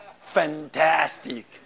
fantastic